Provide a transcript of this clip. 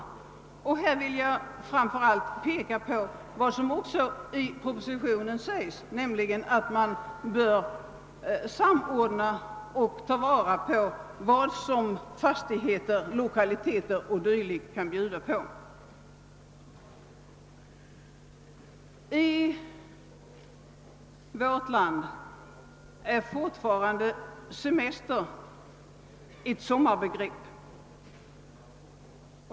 Framför allt vill jag peka på att man, som också sägs i propositionen, bör samordna och ta vara på de möjligheter som fastigheter och lokaliteter kan erbjuda. I vårt land är fortfarande semestern ett sommarbegrepp.